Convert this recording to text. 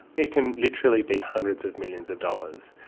it can literally be hundreds of millions of dollars.